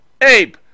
Abe